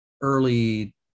early